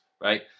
right